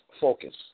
focus